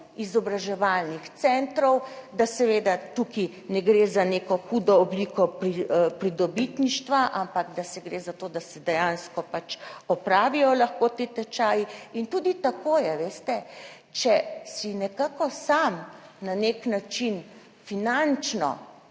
izobraževalnih centrov, da seveda tukaj ne gre za neko hudo obliko pridobitništva, ampak da se gre za to, da se dejansko pač opravijo lahko ti tečaji. Tudi tako je, veste, če si nekako sam na nek način finančno